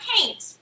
paint